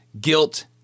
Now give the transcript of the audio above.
Guilt